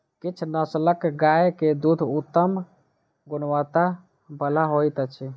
किछ नस्लक गाय के दूध उत्तम गुणवत्ता बला होइत अछि